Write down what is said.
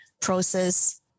process